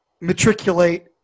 matriculate